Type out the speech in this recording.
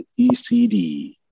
ECD